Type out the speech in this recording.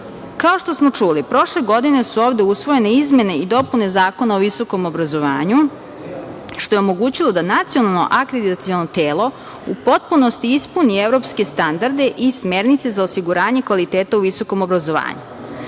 Kao što smo čuli, prošle godine su ovde usvojene izmene i dopune Zakona o visokom obrazovanju, što je omogućilo da Nacionalno akreditaciono telo u potpunosti ispuni evropske standarde i smernice za osiguranje kvaliteta u visokom obrazovanju. Da